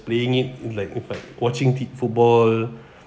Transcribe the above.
playing it like if I watching kid football